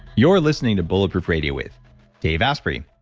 you're listening to bulletproof radio with dave asprey.